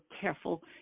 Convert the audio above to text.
careful